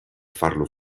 farlo